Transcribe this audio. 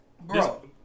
Bro